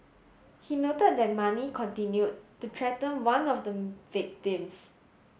he note that Mani continue to threaten one of the victims